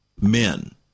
men